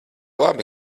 labi